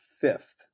fifth